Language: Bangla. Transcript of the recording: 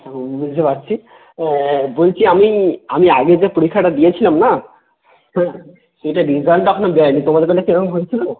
হুঁ বুঝতে পারছি বলচ্ছি আমি আমি আগে যে পরীক্ষাটা দিয়েছিলাম না সে সেটার রেজাল্ট এখনও দেয় নি তোমার বেলা কী এরম হয়েছিলো